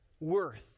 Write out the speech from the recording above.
worth